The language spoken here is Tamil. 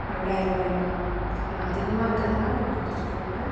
ரெண்டாயிர்ரூவாய்ங்களா அண்ணா அதிகமாக இருக்குங்கண்ணா கொஞ்சம் கொறைச்சிக்கோங்க